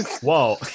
Whoa